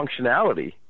Functionality